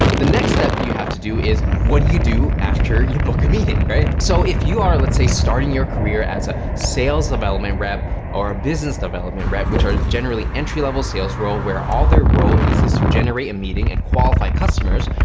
the next step you have to do is what do you do after you book a meeting right? so if you are, let's say starting your career as a sales development rep or a business development rep, which are generally entry-level sales role. where all their role is is to generate a meeting and qualify customers.